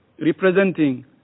representing